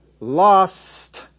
lost